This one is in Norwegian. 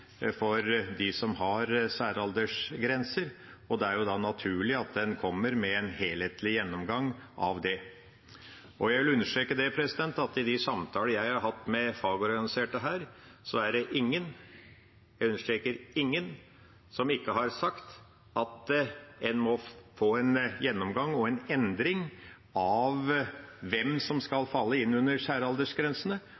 for dem som har særaldersgrenser, og det er da naturlig at en kommer med en helhetlig gjennomgang av det. Jeg vil understreke at i de samtaler jeg har hatt med fagorganiserte her, er det ingen – jeg understreker: ingen – som ikke har sagt at en må få en gjennomgang og en endring av hvem som